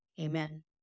Amen